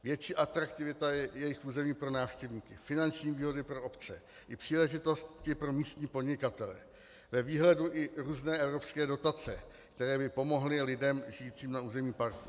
Větší atraktivita jejich území pro návštěvníky, finanční výhody pro obce i příležitosti pro místní podnikatele, ve výhledu i různé evropské dotace, které by pomohly lidem žijícím na území parku.